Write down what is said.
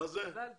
מזל טוב.